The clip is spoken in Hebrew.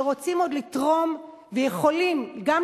שרוצים ויכולים עוד לתרום,